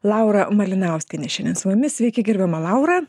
laura malinauskienė šiandien su mumis sveiki gerbiama laura